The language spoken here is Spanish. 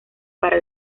para